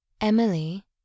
Emily